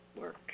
work